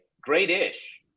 great-ish